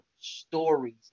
stories